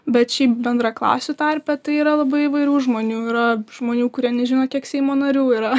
bet šiaip bendraklasių tarpe tai yra labai įvairių žmonių yra žmonių kurie nežino kiek seimo narių yra